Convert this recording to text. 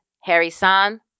Harry-san